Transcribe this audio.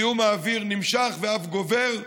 זיהום האוויר נמשך ואף גובר,